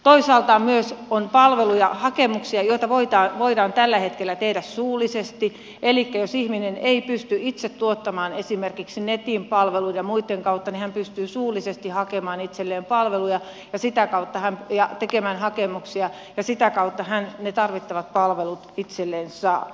toisaalta myös on palveluja hakemuksia joita voidaan tällä hetkellä tehdä suullisesti elikkä jos ihminen ei pysty itse hakemaan esimerkiksi netin palveluiden ja muitten kautta niin hän pystyy suullisesti hakemaan itselleen palveluja ja tekemään hakemuksia ja sitä kautta hän ne tarvittavat palvelut itselleen saa